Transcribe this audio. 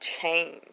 change